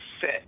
set